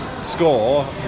score